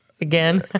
Again